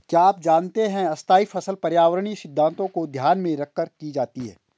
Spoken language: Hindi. क्या आप जानते है स्थायी फसल पर्यावरणीय सिद्धान्तों को ध्यान में रखकर की जाती है?